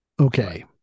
Okay